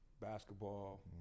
Basketball